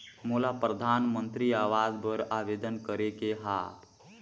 मोला परधानमंतरी आवास बर आवेदन करे के हा?